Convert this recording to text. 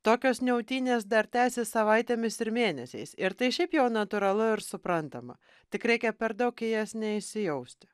tokios niautynės dar tęsis savaitėmis ir mėnesiais ir tai šiaip jau natūralu ir suprantama tik reikia per daug į jas neįsijausti